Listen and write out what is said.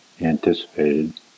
anticipated